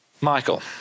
Michael